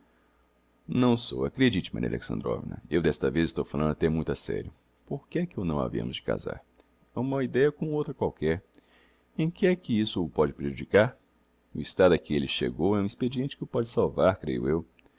não sou acredite maria alexandrovna eu d'esta vez estou falando até muito a sério por que é que o não havemos de casar é uma ideia como outra qualquer em que é que isso o pode prejudicar no estado a que elle chegou é um expediente que o pode salvar creio eu